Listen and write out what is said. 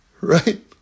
right